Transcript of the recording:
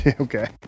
Okay